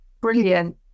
brilliant